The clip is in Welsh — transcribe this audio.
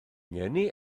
ngeni